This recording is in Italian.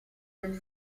del